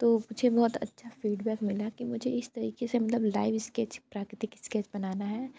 तो मुझे बहुत अच्छा फ़ीडबैक मिला कि मुझे इस तरीके से मतलब लाइव स्केच प्राकृतिक इस्केच बनाना है